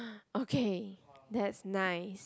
okay that's nice